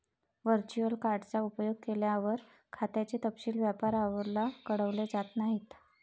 virtual card चा उपयोग केल्यावर, खात्याचे तपशील व्यापाऱ्याला कळवले जात नाहीत